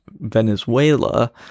Venezuela